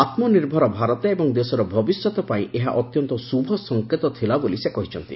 ଆତ୍ମନିର୍ଭର ଭାରତ ଏବଂ ଦେଶର ଭବିଷ୍ୟତ ପାଇଁ ଏହା ଅତ୍ୟନ୍ତ ଶୁଭ ସଙ୍କେତ ଥିଲାବୋଲି ସେ କହିଛନ୍ତି